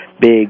big